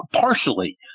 partially